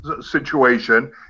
situation